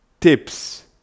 tips